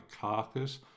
carcass